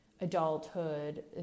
adulthood